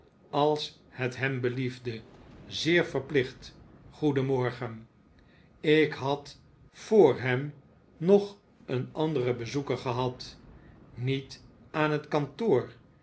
als het hem beliefde zeer verplicht goedenmorgen ik had vr hem nog een anderen bezoeker gehad niet aan het kantoor